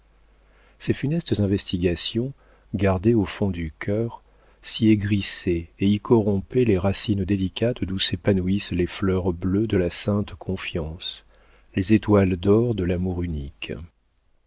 ces funestes investigations gardées au fond du cœur s'y aigrissaient et y corrompaient les racines délicates d'où s'épanouissent les fleurs bleues de la sainte confiance les étoiles d'or de l'amour unique